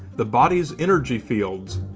the body's energy fields,